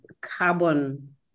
carbon